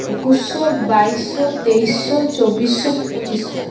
একুশশো বাইশশো তেইশশো চব্বিশশো পঁচিশশো